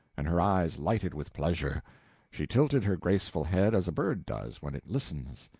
and her eyes lighted with pleasure she tilted her graceful head as a bird does when it listens.